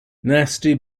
nasty